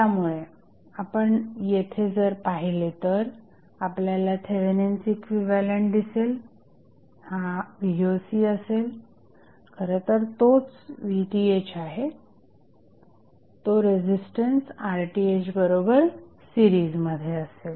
त्यामुळे आपण येथे जर पाहिले तर आपल्याला थेवेनिन्स इक्विव्हॅलंट दिसेल हा voc असेल खरं तर तोच VThआहे तो रेझिस्टन्स RTh बरोबर सीरिजमध्ये असेल